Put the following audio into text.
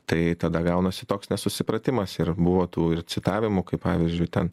tai tada gaunasi toks nesusipratimas ir buvo tų ir citavimų kaip pavyzdžiui ten